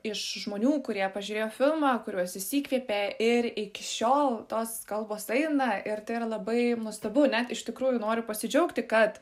iš žmonių kurie pažiūrėjo filmą kuriuos jis įkvėpė ir iki šiol tos kalbos aina ir tai yra labai nuostabu ne iš tikrųjų noriu pasidžiaugti kad